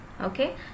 Okay